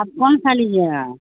آپ کون سا لیجیے گا